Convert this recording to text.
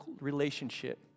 relationship